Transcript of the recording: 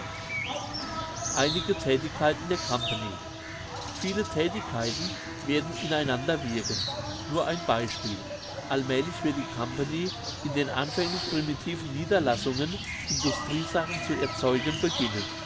einige thätigkeiten der company viele thätigkeiten werden ineinander wirken nur ein beispiel allmälig wird die company in den anfänglich primitiven niederlassungen industriesachen zu erzeugen beginnen